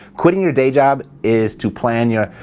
quitting your day job is to plan your.